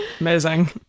Amazing